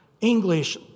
English